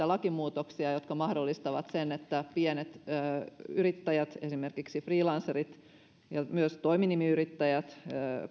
niitä lakimuutoksia jotka mahdollistavat sen että pienet yrittäjät esimerkiksi freelancerit ja myös toiminimiyrittäjät